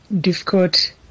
difficult